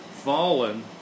Fallen